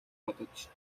бодож